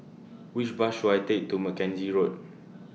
Which Bus should I Take to Mackenzie Road